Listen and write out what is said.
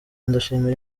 ndashimira